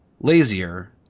lazier